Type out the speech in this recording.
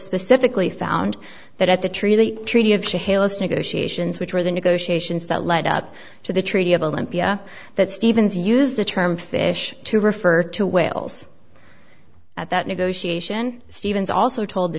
specifically found that at the tree the treaty of she hails negotiations which were the negotiations that led up to the treaty of olympia that stevens use the term fish to refer to whales at that negotiation stevens also told the